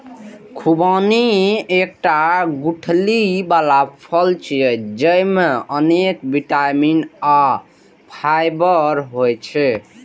खुबानी एकटा गुठली बला फल छियै, जेइमे अनेक बिटामिन आ फाइबर होइ छै